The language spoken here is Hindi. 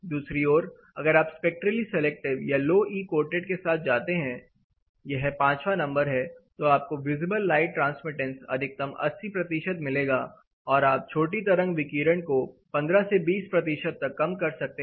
दूसरी ओर अगर आप स्पेक्ट्रली सिलेक्टिव या लो ई कोटेड के साथ जाते हैं यह पांचवा नंबर है तो आपको विजिबल लाइट ट्रांसमिटेंस अधिकतम 80 मिलेगा और आप छोटी तरंग विकिरण को 15 से 20 तक कम कर सकते हैं